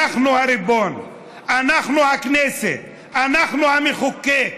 אנחנו הריבון, אנחנו הכנסת, אנחנו המחוקק.